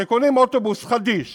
כשקונים אוטובוס חדיש